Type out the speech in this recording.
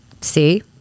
See